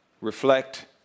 reflect